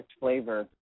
flavor